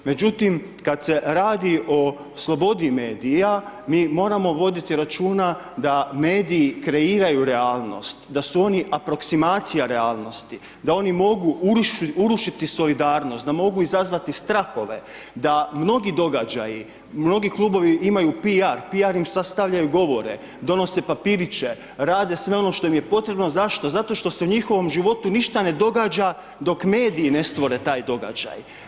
Međutim kad se radi o slobodi medija, mi moramo vidjeti računa da mediji kreiraju realnost, da su oni aproksimacija realnosti, da oni mogu urušiti solidarnost, da mogu izazvati strahove, da mnogi događaji, mnogi klubovi imaju PR, PR im sastavljaju govore, donose papiriće, rade sve ono što im je potrebno, zašto, zato što se u njihovom životu ništa ne događa dok mediji ne stvore taj događaj.